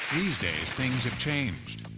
these days, things have changed.